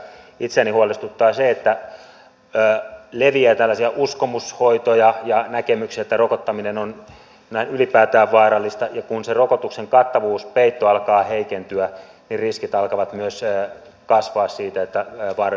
itseäni huolestuttaa se että leviää tällaisia uskomushoitoja ja näkemyksiä että rokottaminen on ylipäätään vaarallista ja kun se rokotuksen kattavuuspeitto alkaa heikentyä niin riskit alkavat myös kasvaa siitä että vaaralliset taudit leviävät